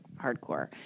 hardcore